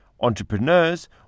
entrepreneurs